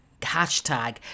hashtag